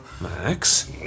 Max